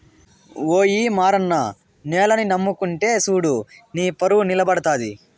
ఓయి మారన్న నేలని నమ్ముకుంటే సూడు నీపరువు నిలబడతది